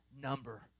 number